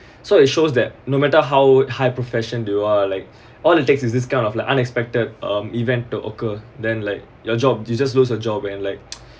so it shows that no matter how high profession do you are like all it takes is this kind of like unexpected um event to occur then like your job you just lose a job and like